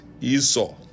Esau